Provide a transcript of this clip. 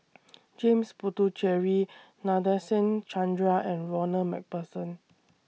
James Puthucheary Nadasen Chandra and Ronald MacPherson